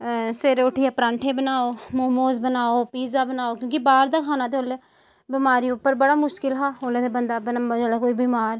सबेरे उट्ठियै परांठे बनाओ मोमोज बनाओ पीजा बनाओ क्येंकि बाहर दा खाना ते ओल्ले बमारी उप्पर बड़ा मुश्कल हा ओल्ले बंदा जेल्लैै कोई बिमार